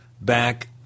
back